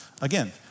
again